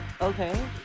Okay